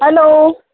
hello